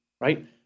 right